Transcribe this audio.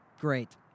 great